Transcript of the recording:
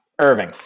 Irving